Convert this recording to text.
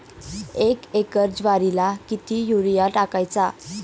एक एकर ज्वारीला किती युरिया टाकायचा?